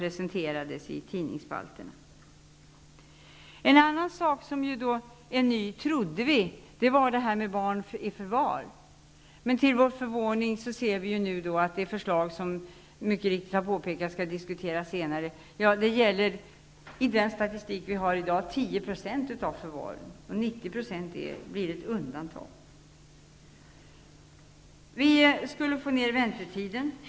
En annan sak som är ny, trodde vi, är det här med barn i förvar. Till vår förvåning ser vi nu att det förslag som, som mycket riktigt har påpekats, skall diskuteras senare gäller 10 % av barnen i förvar, Väntetiderna skall förkortas, heter det.